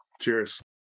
Cheers